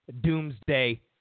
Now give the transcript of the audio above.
doomsday